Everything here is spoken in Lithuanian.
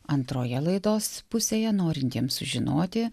antroje laidos pusėje norintiem sužinoti